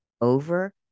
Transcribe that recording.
over